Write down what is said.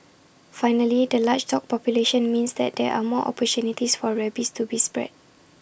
finally the large dog population means that there are more opportunities for rabies to be spread